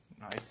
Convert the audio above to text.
Nice